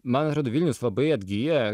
man atrodo vilnius labai atgyja